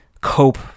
cope